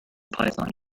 python